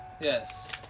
yes